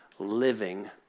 living